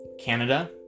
Canada